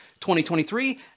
2023